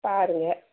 பாருங்க